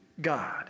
God